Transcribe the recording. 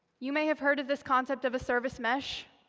you may have heard of this concept of a service mesh,